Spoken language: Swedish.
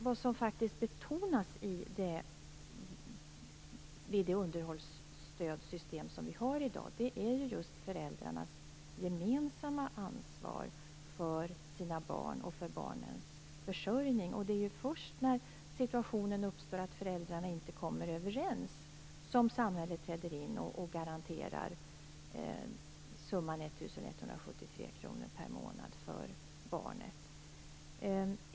Vad som betonas i det underhållsstödssystem som vi har i dag är just föräldrarnas gemensamma ansvar för barnen och för barnens försörjning. Det är först när den situationen uppstår att föräldrarna inte kommer överens som samhället träder in och garanterar summan 1 173 kr per månad för barnet.